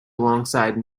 alongside